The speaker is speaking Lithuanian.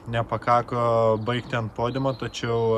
nepakako baigti ant podiumo tačiau